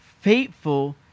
Faithful